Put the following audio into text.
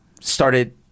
started